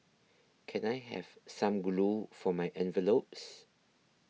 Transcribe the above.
can I have some glue for my envelopes